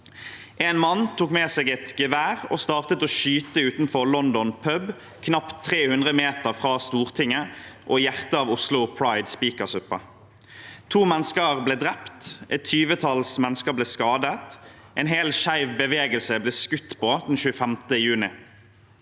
En mann tok med seg et gevær og startet å skyte utenfor London Pub, knapt 300 meter fra Stortinget og hjertet av Oslo Pride, Spikersuppa. To mennesker ble drept, et tyvetalls mennesker ble skadet, en hel skeiv bevegelse ble skutt på den 25. juni.